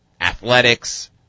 athletics